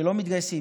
שלא מתגייסים.